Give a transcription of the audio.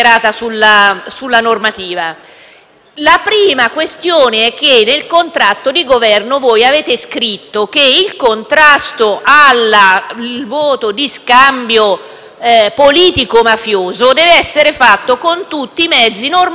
La prima questione è che nel contratto di Governo voi avete scritto che il contrasto al voto di scambio politico-mafioso deve essere fatto con tutti i mezzi, normativi e amministrativi.